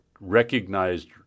recognized